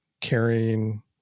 carrying